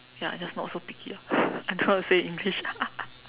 ya just not so picky ah I don't know how to say in English